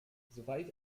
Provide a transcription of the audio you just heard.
soweit